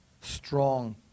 strong